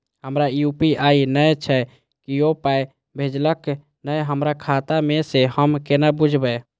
हमरा यू.पी.आई नय छै कियो पाय भेजलक यै हमरा खाता मे से हम केना बुझबै?